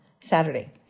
Saturday